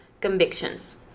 convictions